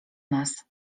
nas